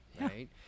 right